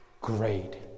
great